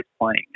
playing